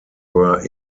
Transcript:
were